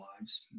lives